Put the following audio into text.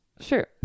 sure